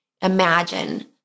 imagine